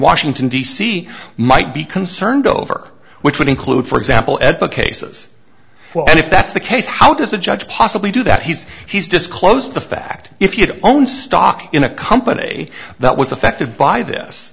washington d c might be concerned over which would include for example at the cases well if that's the case how does a judge possibly do that he's he's disclosed the fact if you own stock in a company that was affected by this